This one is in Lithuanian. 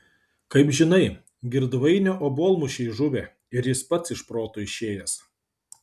kaip žinai girdvainio obuolmušiai žuvę ir jis pats iš proto išėjęs